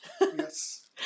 Yes